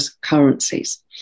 currencies